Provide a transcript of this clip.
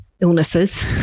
illnesses